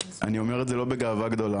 ואני לא אומר את זה בגאווה גדולה,